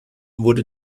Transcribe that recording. wurde